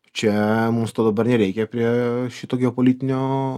čia mums to dabar nereikia prie šito geopolitinio